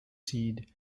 seed